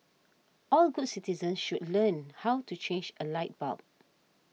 all good citizens should learn how to change a light bulb